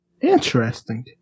interesting